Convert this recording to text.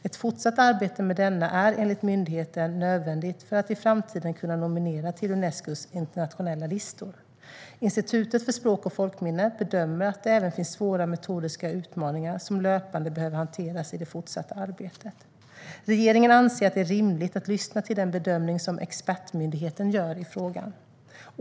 Ett fortsatt arbete med denna är enligt myndigheten nödvändigt för att i framtiden kunna nominera till Unescos internationella listor. Institutet för språk och folkminnen bedömer att det även finns svåra metodiska utmaningar som löpande behöver hanteras i det fortsatta arbetet. Regeringen anser att det är rimligt att lyssna till den bedömning som expertmyndigheten gör i frågan.